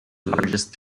largest